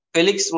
Felix